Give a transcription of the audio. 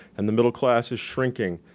and the middle class is shrinking,